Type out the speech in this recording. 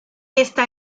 está